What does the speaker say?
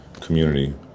community